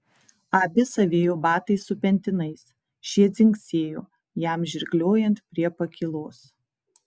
abis avėjo batais su pentinais šie dzingsėjo jam žirgliojant prie pakylos